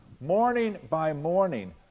Morning-by-morning